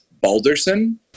Balderson